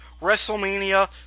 WrestleMania